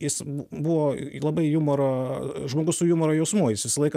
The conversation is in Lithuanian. jis buvo labai jumoro žmogus su jumoro jausmu jis visą laiką